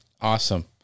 Awesome